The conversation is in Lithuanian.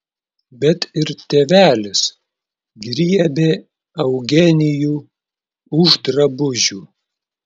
bet ir tėvelis griebė eugenijų už drabužių